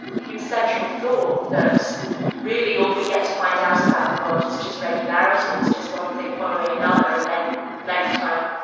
hume's central thought that really all we get to find out about the world is just regularity, is just one thing following another, and then next time,